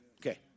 Okay